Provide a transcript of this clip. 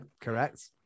Correct